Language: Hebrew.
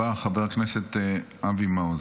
חבר הכנסת אבי מעוז.